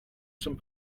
some